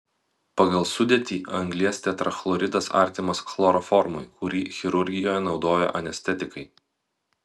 pagal sudėtį anglies tetrachloridas artimas chloroformui kurį chirurgijoje naudoja anestetikai